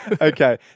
Okay